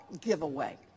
giveaway